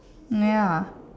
ya